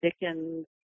Dickens